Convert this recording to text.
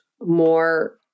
more